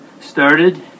started